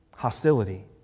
Hostility